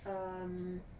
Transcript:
um